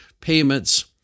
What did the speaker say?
payments